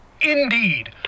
Indeed